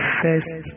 first